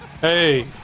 Hey